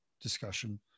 discussion